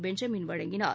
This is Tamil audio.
பெஞ்சமின் வழங்கினார்